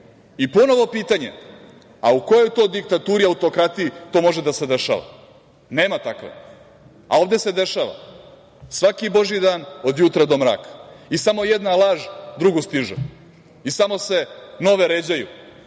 i ponovo pitanje - u kojoj to diktaturi, autokratiji to može da se dešava? Nema takve, a ovde se dešava svaki božiji dan od jutra do mraka i samo jedna laž drugu stiže i samo se nove ređaju